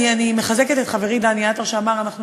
אני מחזקת את חברי דני עטר שאמר: אנחנו